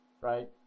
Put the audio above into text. right